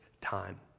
time